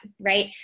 right